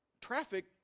traffic